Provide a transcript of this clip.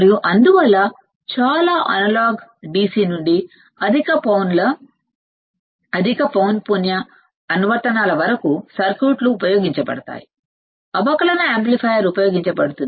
అందువల్ల చాలా అనలాగ్ సర్క్యూట్లు DC నుండి అధిక పౌన పున్య అనువర్తనాల వరకు ఉపయోగించబడతాయి అవకలన యాంప్లిఫైయర్ ఉపయోగించబడుతుంది